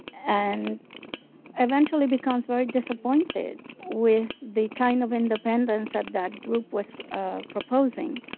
and eventually becomes very disappointed with the kind of independence that that group was ah proposing.